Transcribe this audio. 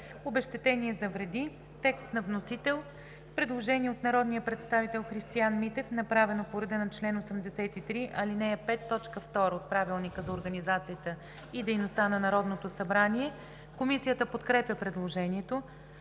обезщетението“ – текст на вносител. Има предложение от народния представител Христиан Митев, направено по реда на чл. 83, ал. 5, т. 2 от Правилника за организацията и дейността на Народното събрание. Комисията подкрепя предложението.